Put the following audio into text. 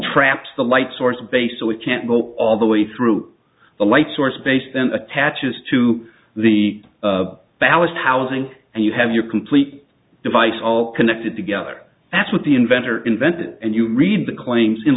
traps the light source base so it can't go all the way through to the light source base then attaches to the ballast housing and you have your complete device all connected together that's what the inventor invented and you read the claims in